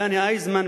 דני אייזמן,